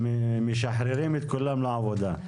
משחררים את כולם לעבודה.